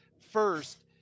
first